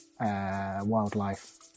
wildlife